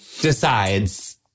decides